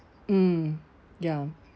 mm ya